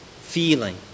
feeling